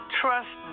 trust